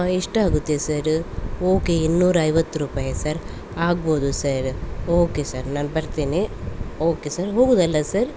ಎಷ್ಟಾಗುತ್ತೆ sir okay ಇನ್ನೂರೈವತ್ತು ರೂಪಾಯಿ ಸರ್ ಆಗ್ಬೋದು ಸರ್ ಓಕೆ ಸರ್ ನಾನು ಬರ್ತೇನೆ ಓಕೆ ಸರ್ ಹೋಗೋದಲ್ಲ ಸರ್